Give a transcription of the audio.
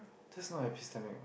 that's not epistemic what